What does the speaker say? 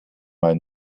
mal